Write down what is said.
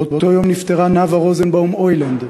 באותו יום נפטרה נאוה רוזנבאום (הוילנד),